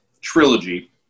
trilogy